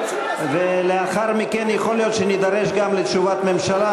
ולאחר מכן יכול להיות שנידרש גם לתשובת ממשלה,